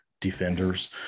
defenders